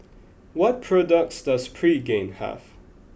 what products does Pregain have